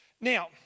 Now